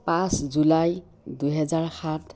পাঁচ জুলাই দুহেজাৰ সাত